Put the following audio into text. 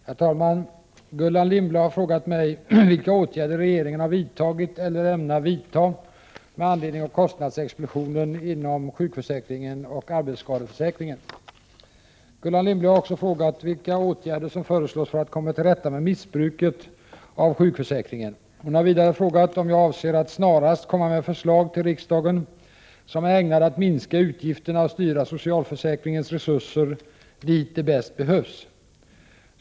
Herr talman! Gullan Lindblad har frågat mig vilka åtgärder regeringen har vidtagit eller ämnar vidta med anledning av kostnadsexplosionen inom sjukförsäkringen och arbetsskadeförsäkringen. Gullan Lindblad har också frågat vilka åtgärder som föreslås för att man skall komma till rätta med missbruket av sjukförsäkringen. Hon har vidare frågat om jag avser att snarast komma med förslag till riksdagen som är ägnade att minska utgifterna och styra socialförsäkringens resurser dit de bäst behövs.